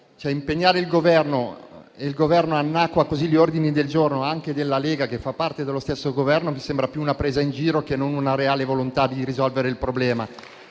che non vedo. Se il Governo annacqua gli ordini del giorno, anche quelli della Lega, che fa parte dello stesso Governo, mi sembra più una presa in giro che una reale volontà di risolvere il problema.